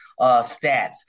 stats